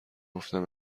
گفتم